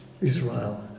Israel